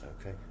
Okay